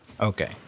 Okay